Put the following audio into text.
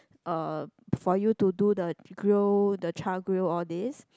uh for you to do the grill the char grill all this